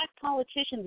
politicians